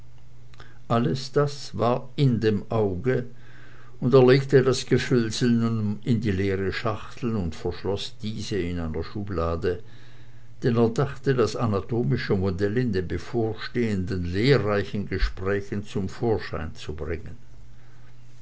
alles das war in dem auge und er legte das gefüllsel nun in die leere schachtel und verschloß diese in einer schublade denn er dachte das anatomische modell in den bevorstehenden lehrreichen gesprächen zum vorschein zu bringen